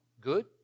good